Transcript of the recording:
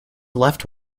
left